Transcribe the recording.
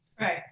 Right